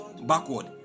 backward